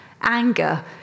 anger